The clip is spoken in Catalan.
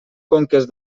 conques